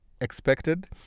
expected